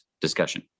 discussion